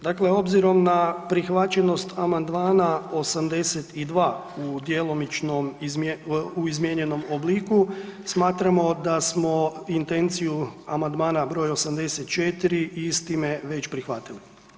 Dakle, obzirom na prihvaćenost Amandmana 82. u djelomično, u izmijenjenom obliku smatramo da smo intenciju Amandmana broj 84. istime već prihvatili.